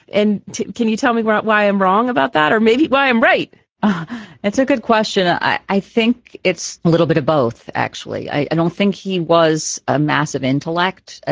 and can you tell me about why i'm wrong about that or maybe why i'm right that's a good question. i i think it's a little bit of both. actually i don't think he was a massive intellect. ah